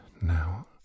now